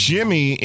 Jimmy